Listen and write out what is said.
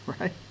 right